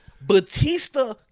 Batista